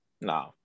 No